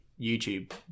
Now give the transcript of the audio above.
youtube